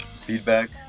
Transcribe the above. feedback